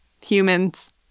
humans